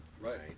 Right